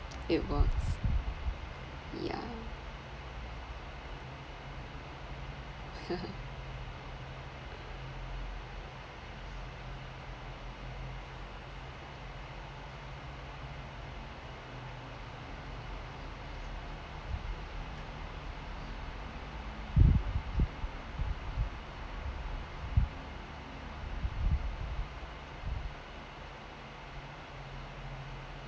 it works yeah